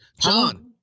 John